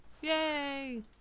Yay